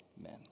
amen